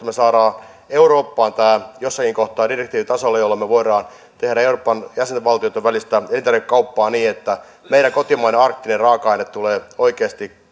me saamme eurooppaan tämän jossakin kohtaa direktiivitasolle jolloin me voimme tehdä euroopan jäsenvaltioiden välistä elintarvikekauppaa niin että meidän kotimainen arktinen raaka aineemme tulee oikeasti